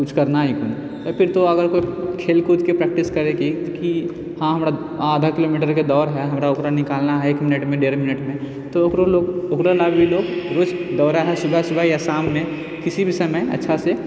किछु करना हकुन फिर तो अगर कोइ खेलकूदके प्रेक्टिस हँ हमरा आधा किलोमीटरके दौड़ है हमरा ओकरा निकालना है एक मिनटमे डेढ़ मिनटमे तऽओकरो लागी लोग रोज दौड़ै है सुबह शाममे किसी भी समय अच्छासँ